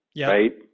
right